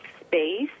space